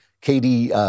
Katie